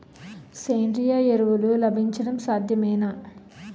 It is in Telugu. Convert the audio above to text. సేంద్రీయ ఎరువులు లభించడం సాధ్యమేనా?